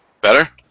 better